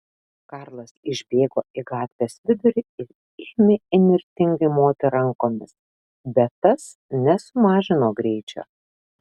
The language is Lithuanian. karlas išbėgo į gatvės vidurį ir ėmė įnirtingai moti rankomis bet tas nesumažino greičio